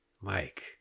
Mike